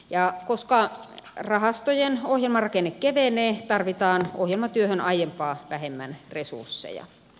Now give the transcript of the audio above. ja koska rahastojen ohjelmarakenne kevenee tarvitaan ohjelmatyöhön aiempaa vähemmän resursseja